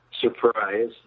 surprise